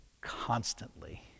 constantly